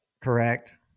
Correct